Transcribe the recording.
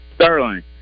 Sterling